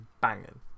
banging